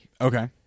Okay